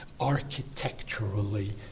architecturally